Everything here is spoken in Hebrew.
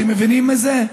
אתם מבינים את זה?